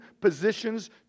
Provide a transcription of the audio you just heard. positions